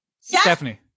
Stephanie